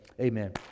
Amen